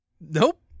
Nope